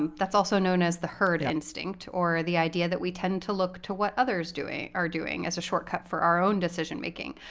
um that's also known as the herd instinct, or the idea that we tend to look to what other's are doing as a shortcut for our own decision-making.